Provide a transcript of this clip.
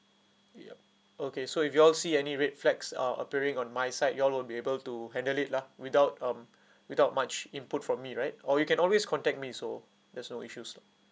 yup okay so if you all see any red flags are appearing on my side you all will be able to handle it lah without um without much input from me right or you can always contact me so there's no issues lah